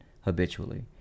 habitually